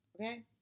okay